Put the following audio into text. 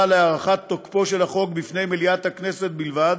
להארכת תוקפו של החוק בפני מליאת הכנסת בלבד,